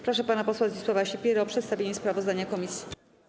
Proszę pana posła Zdzisława Sipierę o przedstawienie sprawozdania komisji.